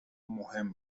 مهم